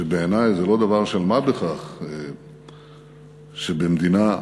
שבעיני זה לא דבר של מה בכך שבמדינה זרה,